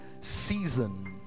season